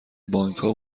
بانکها